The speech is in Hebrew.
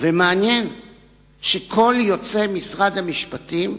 ומעניין שכל יוצאי משרד המשפטים,